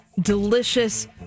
delicious